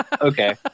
Okay